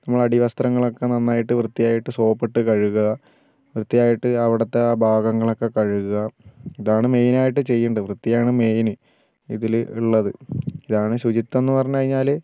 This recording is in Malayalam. നമ്മളെ അടിവസ്ത്രങ്ങളൊക്കെ നന്നായിട്ട് വൃത്തിയായിട്ട് സോപ്പിട്ട് കഴുകുക വൃത്തിയായിട്ട് അവിടുത്തെ ആ ഭാഗങ്ങളൊക്കെ കഴുകുക ഇതാണ് മെയിൻ ആയിട്ട് ചെയ്യേണ്ടത് വൃത്തിയാണ് മെയിൻ ഇതിൽ ഉള്ളത് ഇതാണ് ശുചിത്വം എന്ന് പറഞ്ഞു കഴിഞ്ഞാൽ